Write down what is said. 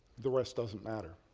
the rest doesn't matter.